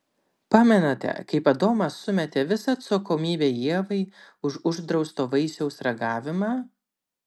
pamenate kaip adomas sumetė visą atsakomybę ievai už uždrausto vaisiaus ragavimą